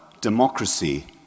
democracy